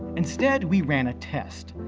instead, we ran a test.